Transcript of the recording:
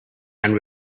and